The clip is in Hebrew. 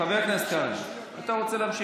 חבר הכנסת כץ, אתה רוצה להמשיך?